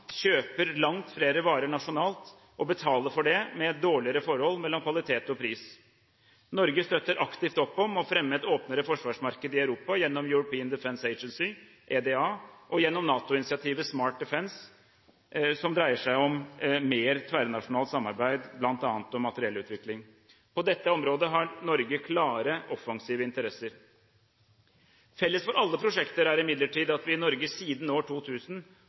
kjøper langt flere varer nasjonalt og betaler for det med et dårligere forhold mellom kvalitet og pris. Norge støtter aktivt opp om å fremme et åpnere forsvarsmarked i Europa gjennom European Defence Agency, EDA, og gjennom NATO-initiativet «Smart Defence», som dreier seg om mer tverrnasjonalt samarbeid, bl.a. om materiell utvikling. På dette området har Norge klare, offensive interesser. Felles for alle prosjekter er imidlertid at vi i Norge siden år 2000